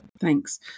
Thanks